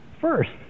first